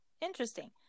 interesting